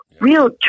Real